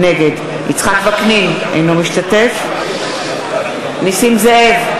נגד יצחק וקנין, אינו משתתף בהצבעה נסים זאב,